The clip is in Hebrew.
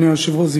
אדוני היושב-ראש,